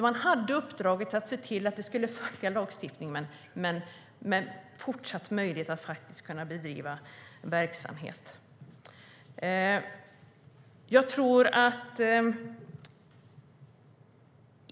Man hade uppdraget att se till att det skulle följa lagstiftningen men med fortsatt möjlighet att bedriva verksamhet.